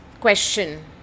question